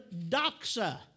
doxa